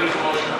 לבחור אישה?